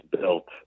built